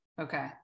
Okay